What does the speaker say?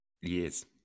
Years